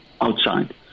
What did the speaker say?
outside